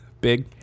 Big